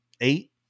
eight